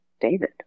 David